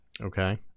Okay